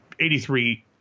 83